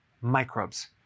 microbes